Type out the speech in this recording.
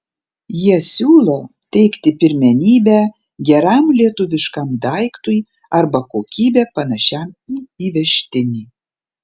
jie siūlo teikti pirmenybę geram lietuviškam daiktui arba kokybe panašiam į įvežtinį